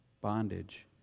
bondage